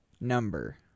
Number